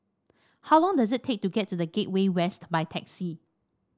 how long does it take to get to The Gateway West by taxi